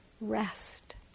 Rest